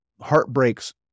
heartbreaks